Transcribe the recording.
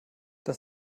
das